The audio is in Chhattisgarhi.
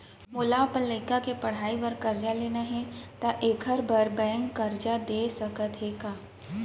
मोला अपन लइका के पढ़ई बर करजा लेना हे, त एखर बार बैंक करजा दे सकत हे का?